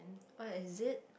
what is it